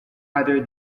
either